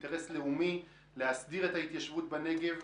אינטרס לאומי להסדיר את ההתיישבות בנגב.